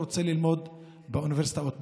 שהוא רוצה ללמוד באוניברסיטאות בארץ.